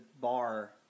bar